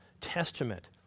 Testament